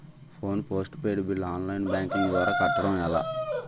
Phone postpaid bill online banking ద్వారా కట్టడం ఎలా?